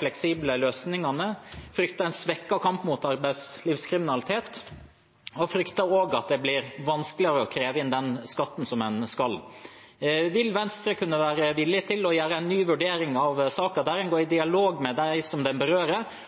fleksible lokale løsningene, en frykter en svekket kamp mot arbeidslivskriminalitet, og en frykter at det blir vanskeligere å kreve inn den skatten som en skal kreve inn. Er Venstre villig til å gjøre en ny vurdering av denne saken, der en går i dialog med dem som dette berører?